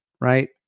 right